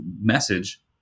message